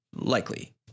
Likely